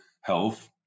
health